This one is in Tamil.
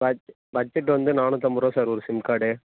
பட் பட்ஜெட் வந்து நானூற்றம்பது ரூபா சார் ஒரு சிம் கார்டு